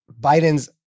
Biden's